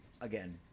again